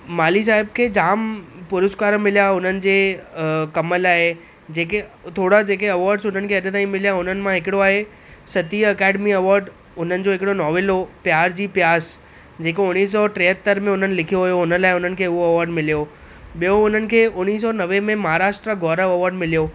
माल्ही साहिब खे जाम पुरुस्कार मिलिया उन्हनि जे कमु लाइ जेके थोरा जेके अवार्डस उन्हनि खे अॼु ताईं मिलिया हुननि मां हिकिड़ो आहे सती अकादमी अवार्ड उन्हनि जो हिकिड़ो नॉविल उहो प्यार जी प्यास जेको उणिवीह सौ टेहतरि में उन्हनि लिखियो हुओ हुन लाइ हुननि खे उहो अवार्ड मिलियो हुओ ॿियो उन्हनि खे उणिवीह सौ नवे में महाराष्ट्र गौरव अवार्ड मिलियो